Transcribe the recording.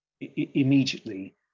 immediately